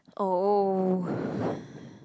oh